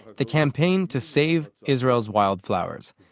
the campaign to save israel's wildflowers.